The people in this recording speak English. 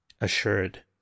assured